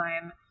time